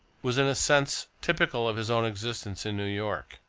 was in a sense typical of his own existence in new york.